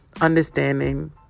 understanding